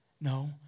No